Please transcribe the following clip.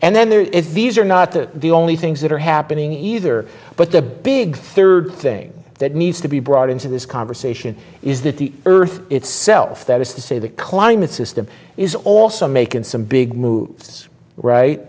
and then there is these are not the only things that are happening either but the big third thing that needs to be brought into this conversation is that the earth itself that is to say the climate system is also making some big moves right